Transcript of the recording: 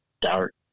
dark